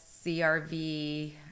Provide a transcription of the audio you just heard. crv